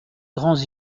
grands